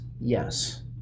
Yes